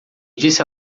disse